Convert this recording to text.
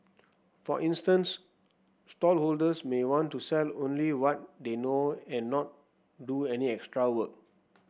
for instance stallholders may want to sell only what they know and not do any extra work